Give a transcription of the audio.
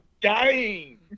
dying